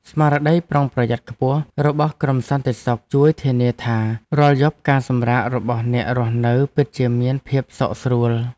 ស្មារតីប្រុងប្រយ័ត្នខ្ពស់របស់ក្រុមសន្តិសុខជួយធានាថារាល់យប់ការសម្រាករបស់អ្នករស់នៅពិតជាមានភាពសុខស្រួល។